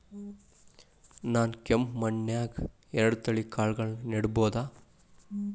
ನಾನ್ ಕೆಂಪ್ ಮಣ್ಣನ್ಯಾಗ್ ಎರಡ್ ತಳಿ ಕಾಳ್ಗಳನ್ನು ನೆಡಬೋದ?